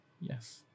Yes